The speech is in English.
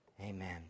Amen